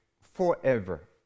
forever